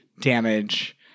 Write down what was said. damage